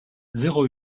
zéro